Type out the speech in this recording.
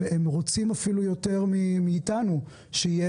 הם רוצים אפילו יותר מאיתנו שיהיה